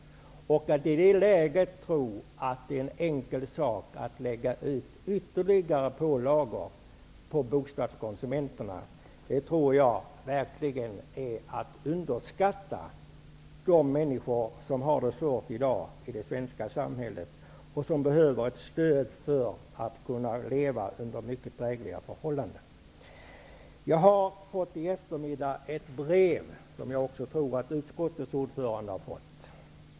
Att i det läget tro att det är en enkel sak att lägga ut ytterligare pålagor på bostadskonsumenterna, tror jag verkligen är att underskatta de människor som i dag har det svårt i det svenska samhället och som behöver ett stöd för att kunna leva under drägliga förhållanden. Jag fick i eftermiddags ett brev, som jag också tror att utskottets ordförande har fått.